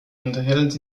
unterhält